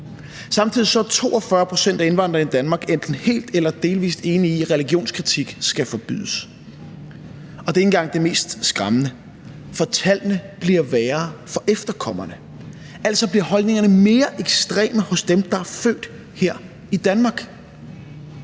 Samtidig er 42 pct. af indvandrerne i Danmark enten helt eller delvis enig i, at religionskritik skal forbydes. Og det er ikke engang det mest skræmmende, for tallene bliver værre for efterkommerne. Altså bliver holdningerne mere ekstreme hos dem, der er født her i Danmark.